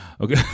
okay